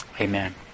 Amen